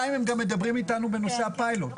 במכתב הזה הם גם מדברים אתנו בנושא הפיילוט.